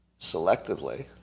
selectively